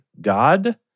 God